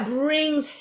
brings